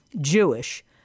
Jewish